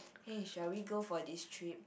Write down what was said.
[hey] shall we go for this trip